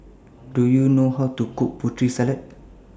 Do YOU know How to Cook Putri Salad